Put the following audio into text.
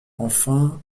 enfin